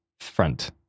front